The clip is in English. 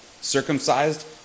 circumcised